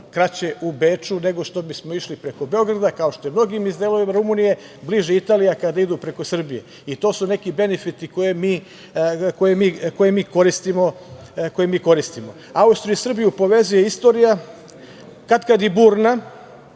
kraće u Beču, nego što bismo išli preko Beograda, kao što je mnogima iz delova Rumunije bliža Italija, kada idu preko Srbije i to su neki benefiti koje mi koristimo. Austriju i Srbiju povezuje istorija, katkad i burna.